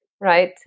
right